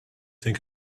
think